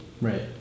Right